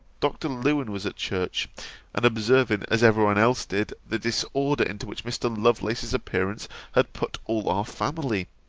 dr. lewen was at church and observing, as every one else did, the disorder into which mr. lovelace's appearance had put all our family,